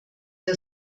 der